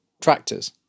tractors